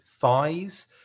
thighs